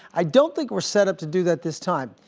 i don't think we're set up to do that this time.